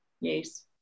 Yes